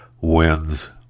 wins